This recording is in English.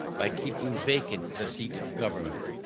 by keeping vacant the seat of government.